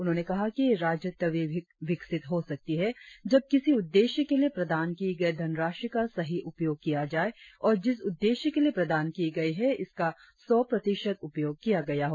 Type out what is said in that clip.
उन्होंने कहा कि राज्य तभी विकसित हो सकती है जब किसी उद्देश्य के लिए प्रदान की गई धनराशि का सही उपयोग किया जाए और जिस उद्देश्य के लिए प्रदान की गई उस पर इसका सौ प्रतिशत उपयोग किया गया हो